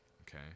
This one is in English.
Okay